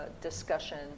discussion